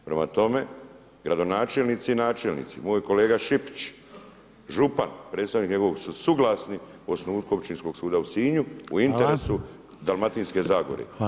Prema tome, gradonačelnici i načelnici, moj kolega Šipič, župan, predstavnik njegovog su suglasni osnutka općinskog suda u Sinju u interesu Dalmatinske zagore.